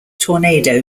tornado